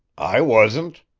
i wasn't,